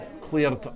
cleared